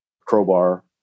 crowbar